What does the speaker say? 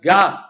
God